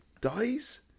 dies